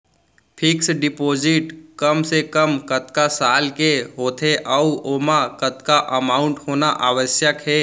Fix deposit कम से कम कतका साल के होथे ऊ ओमा कतका अमाउंट होना आवश्यक हे?